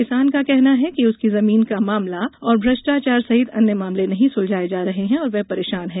किसान का कहना है कि उसकी जमीन का मामला और भ्रष्टाचार सहित अन्य मामले नहीं सुलझाए जा रहा है और वह परेशान है